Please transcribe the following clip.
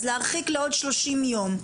אז להרחיק לעוד שלושים יום.